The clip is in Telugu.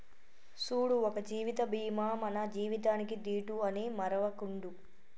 సూడు ఒక జీవిత బీమా మన జీవితానికీ దీటు అని మరువకుండు